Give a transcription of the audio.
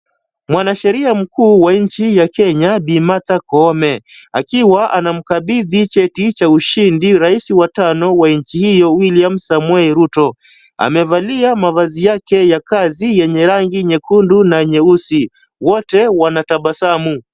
Mwanasheria mkuu wa nchi ya Kenya, Bi. Martha Koome, akiwa anamkabidhi cheti cha ushindi rais wa tano wa nchi hiyo, William Samuel Ruto. Amevalia mavazi yake ya kazi yenye rangi nyekundu na nyeusi. Wote wanatabasamu.